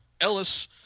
Ellis